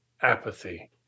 apathy